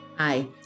Hi